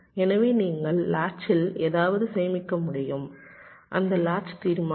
எனவே நீங்கள் லாட்சில் ஏதாவது சேமிக்க முடியும் அந்த லாட்ச் தீர்மானிக்கும்